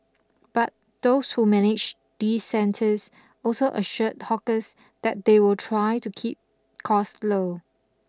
but those who manage these centres also assured hawkers that they'll try to keep cost low